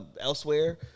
elsewhere